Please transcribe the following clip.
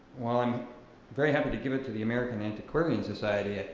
while i'm very happy to give it to the american antiquarian society,